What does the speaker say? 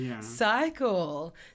cycle